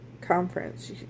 conference